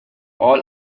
all